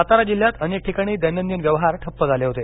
सातारा जिल्ह्यात अनेक ठिकाणी दैनदिन व्यवहार ठप्प झाले होते